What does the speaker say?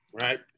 right